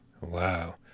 Wow